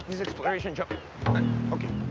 this exploration job ok.